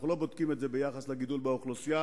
אנחנו לא בודקים את זה ביחס לגידול באוכלוסייה,